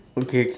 okay okay